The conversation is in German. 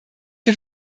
wir